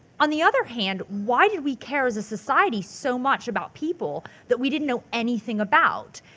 on the other hand, why did we care as a society so much about people that we didn't know anything about?